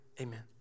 amen